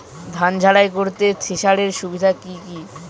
ধান ঝারাই করতে থেসারের সুবিধা কি কি?